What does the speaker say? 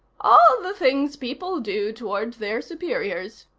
all the things people do toward their superiors,